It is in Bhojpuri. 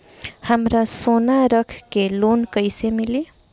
हमरा सोना रख के लोन कईसे मिली?